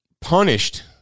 punished